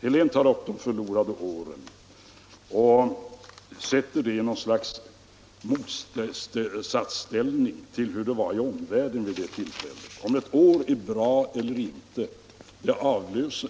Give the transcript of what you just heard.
Herr Helén tar upp frågan om de förlorade åren och sätter detta i någon sorts motsatsställning till hur det var i omvärlden vid det tillfället. Om ett år är bra eller inte